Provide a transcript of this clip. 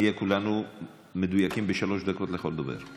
נהיה כולנו מדויקים בשלוש דקות לכל דובר,